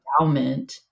endowment